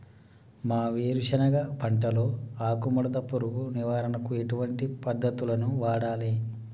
మా వేరుశెనగ పంటలో ఆకుముడత పురుగు నివారణకు ఎటువంటి పద్దతులను వాడాలే?